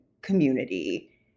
community